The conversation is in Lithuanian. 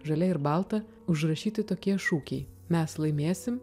žalia ir balta užrašyti tokie šūkiai mes laimėsim